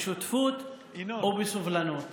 בשותפות ובסובלנות,